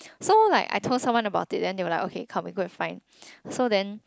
so like I told someone about it then they were like okay come we go and find so then